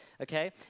okay